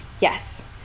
Yes